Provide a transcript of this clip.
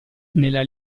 nella